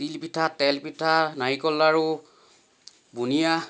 তিলপিঠা তেল পিঠা নাৰিকল লাৰু বুনিয়া